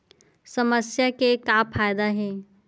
समस्या के का फ़ायदा हे?